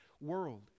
world